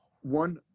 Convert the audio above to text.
one